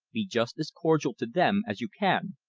be just as cordial to them as you can,